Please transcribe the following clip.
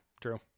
True